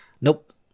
Nope